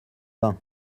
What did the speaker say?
vingt